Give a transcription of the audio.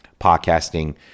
podcasting